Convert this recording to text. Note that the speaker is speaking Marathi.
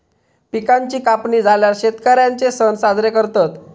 पिकांची कापणी झाल्यार शेतकर्यांचे सण साजरे करतत